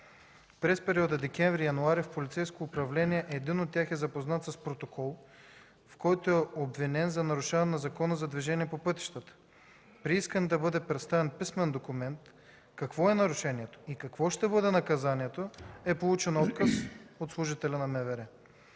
През периода декември-януари в полицейско управление един от тях е запознат с протокол, в който е обвинен за нарушение на закона за движение по пътищата. При искане да бъде представен писмен документ какво е нарушението и какво ще бъде наказанието е получен отказ от служителя на МВР.